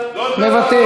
אינו נוכח,